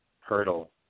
hurdle